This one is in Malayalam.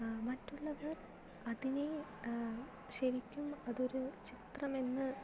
മറ്റുള്ളവര് അതിനെ ശരിക്കും അതൊരു ചിത്രമെന്ന്